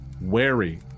wary